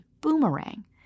Boomerang